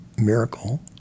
miracle